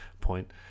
point